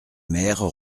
mères